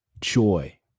joy